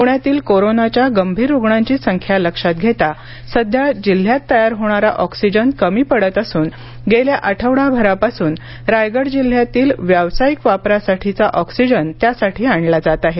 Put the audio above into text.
पुण्यातील कोरोनाच्या गंभीर रुग्णांची संख्या लक्षात घेता सध्या जिल्ह्यात तयार होणारा ऑक्सिजन कमी पडत असून गेल्या आठवडाभरापासून रायगड जिल्ह्यातील व्यावसायिक वापरासाठीचा ऑक्सिजन त्यासाठी आणला जात आहे